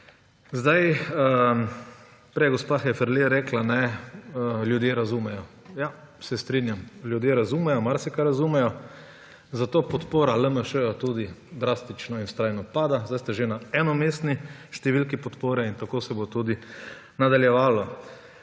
Prej je gospa Heferle rekla, da ljudje razumejo. Ja, se strinjam, ljudje razumejo, marsikaj razumejo, zato podpora LMŠ tudi drastično in vztrajno pada, zdaj ste že na enomestni številki podpore in tako se bo tudi nadaljevalo.